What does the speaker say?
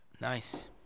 Nice